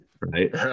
Right